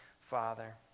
Father